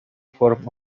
form